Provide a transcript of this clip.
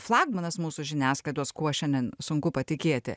flagmanas mūsų žiniasklaidos kuo šiandien sunku patikėti